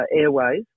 airways